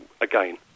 Again